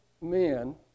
men